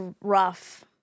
rough